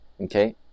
Okay